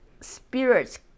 spirits